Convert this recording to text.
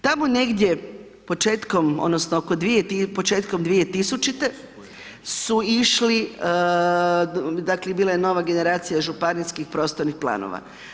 Tamo negdje početkom, odnosno oko, početkom 2000. su išli dakle bila je nova generacija županijskih prostornih planova.